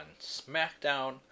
SmackDown